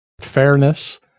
fairness